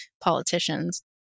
politicians